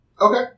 Okay